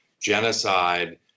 genocide